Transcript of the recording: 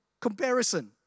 comparison